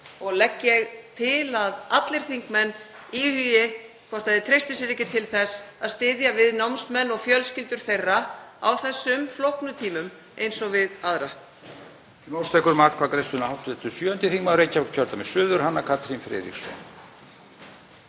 Legg ég til að allir þingmenn íhugi hvort þeir treysti sér ekki til þess að styðja við námsmenn og fjölskyldur þeirra á þessum flóknu tímum eins og við aðra.